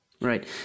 Right